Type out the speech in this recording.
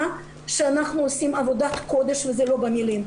שאנחנו עושים עבודת קודש וזה לא במילים.